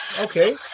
Okay